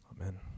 Amen